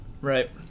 Right